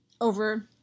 over